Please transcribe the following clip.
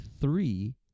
three